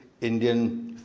Indian